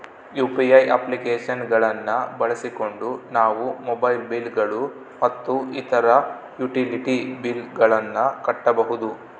UPI application ಗಳನ್ನ ಬಳಸಿಕೊಂಡು ನಾವು ಮೊಬೈಲ್ ಬಿಲ್ ಗಳು ಮತ್ತು ಇತರ ಯುಟಿಲಿಟಿ ಬಿಲ್ ಗಳನ್ನ ಕಟ್ಟಬಹುದು